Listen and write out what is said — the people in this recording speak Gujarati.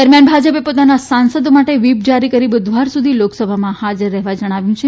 દરમ્યાન ભાજપે પોતાના સાંસદો માટે વ્હીપ જારી કરી બુધવાર સુધી લોકસભામાં હાજર રહેવા જણાવ્યું છે